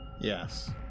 yes